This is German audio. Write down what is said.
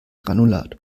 granulat